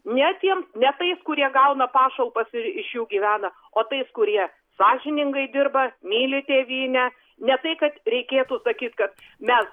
nes jiem ne tais kurie gauna pašalpas ir iš jų gyvena o tais kurie sąžiningai dirba myli tėvynę ne tai kad reikėtų sakyt kad mes